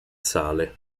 sale